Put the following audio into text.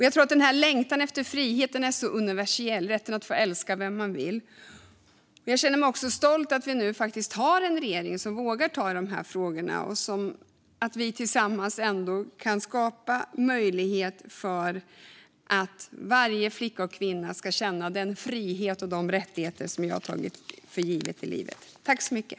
Jag tror att längtan efter frihet är universell. Det handlar om rätten att få älska vem man vill. Jag känner mig stolt över att vi nu faktiskt har en regering som vågar ta i dessa frågor och att vi tillsammans kan skapa möjligheter för varje flicka och kvinna att känna den frihet och ha de rättigheter som vi har tagit för givna i livet.